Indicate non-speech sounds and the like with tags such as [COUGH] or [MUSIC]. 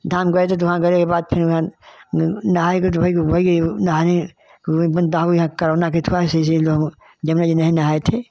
धाम गए थे तो वहाँ गइले के बाद फिर वहाँ गं नहाए [UNINTELLIGIBLE] नहाने [UNINTELLIGIBLE] करौना के अथुआ से [UNINTELLIGIBLE] मु यमुना जी नहीं नहाए थे